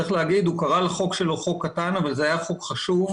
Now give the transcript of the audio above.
צריך להגיד שהוא קרה לחוק שלו חוק קטן אבל זה היה חוק חשוב.